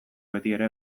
betiere